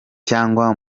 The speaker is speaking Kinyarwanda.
cyangwa